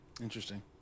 Interesting